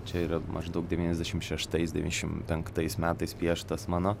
čia yra maždaug devyniasdešimt šeštais devyniasdešimt penktais metais pieštas mano